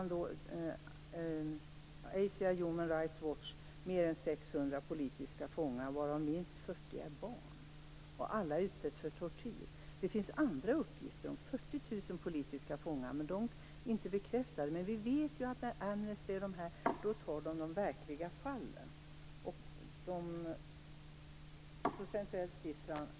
Nu rapporterar Human Rights Watch Asia mer än 600 politiska fångar, varav minst 40 är barn. Alla utsätts för tortyr. Det finns andra uppgifter om 40 000 politiska fångar, men de uppgifterna är inte bekräftade. Vi vet ju att Amnesty och andra organisationer bara rapporterar de verkliga fallen.